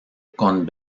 con